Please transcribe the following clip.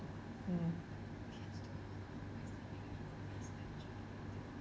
mm